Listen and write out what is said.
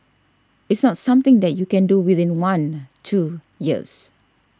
it's not something that you can do within one two years